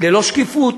ללא שקיפות.